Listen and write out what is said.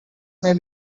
may